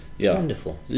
wonderful